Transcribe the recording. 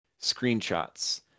screenshots